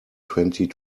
twenty